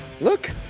look